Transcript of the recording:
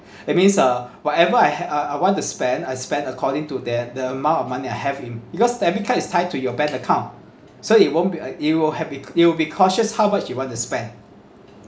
that means uh whatever I ha~ uh I want to spend I spend according to that the amount of money I have in because debit card is tied to your bank account so it won't be uh it will habit you'll will be cautious how much you want to spend